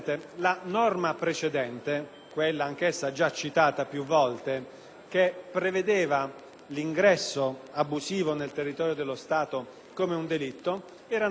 l'ingresso abusivo nel territorio dello Stato come un delitto, era norma, a nostro modo di vedere, esecrabile ma munita di senso. Con il disposto